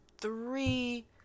three